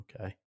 okay